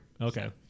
Okay